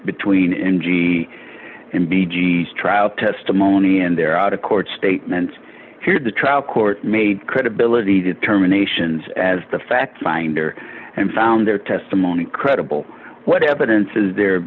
between n g and b g s trial testimony and they're out of court statements here the trial court made credibility determinations as the fact finder and found their testimony credible what evidence is there